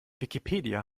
wikipedia